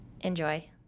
Enjoy